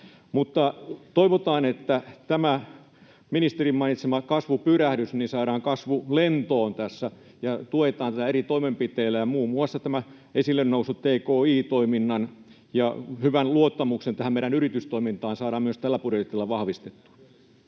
Mutta toivotaan, että tämä ministerin mainitsema kasvupyrähdys saadaan tässä kasvulentoon, ja tuetaan tätä eri toimenpiteillä. Muun muassa tätä esille noussutta tki-toimintaa ja hyvää luottamusta tähän meidän yritystoimintaan saadaan myös tällä budjetilla vahvistettua.